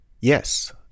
Yes